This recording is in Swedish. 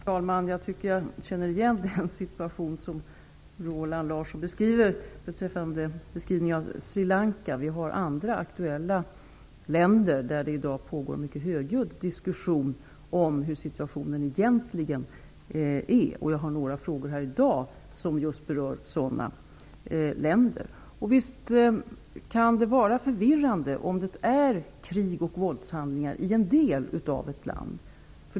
Fru talman! Jag tycker att jag känner igen den situation som Roland Larsson beskriver beträffande Sri Lanka. Det finns andra aktuella länder där det i dag pågår en mycket högljudd diskussion om hur situationen egentligen är. Jag har några frågor här i dag som berör sådana länder. Visst kan det vara förvirrande om det förekommer krig och våldshandlingar i en del av ett land.